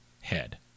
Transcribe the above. head